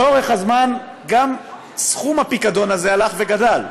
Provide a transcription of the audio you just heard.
לאורך הזמן גם סכום הפיקדון הזה הלך וגדל.